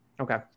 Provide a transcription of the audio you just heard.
Okay